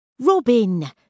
Robin